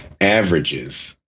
averages